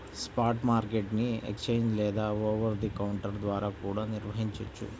spot market ని exchange లేదా over the counter ద్వారా కూడా నిర్వహించొచ్చు